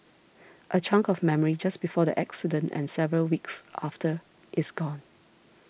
a chunk of memory just before the accident and several weeks after is gone